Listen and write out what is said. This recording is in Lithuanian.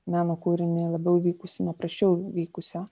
meno kūrinį labiau vykusį nuo prasčiau vykusio